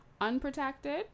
unprotected